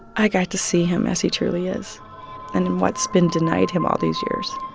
i got to see him as he truly is and in what's been denied him all these years.